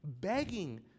begging